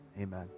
amen